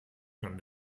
kann